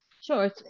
Sure